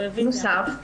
בנוסף,